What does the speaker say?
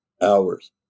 hours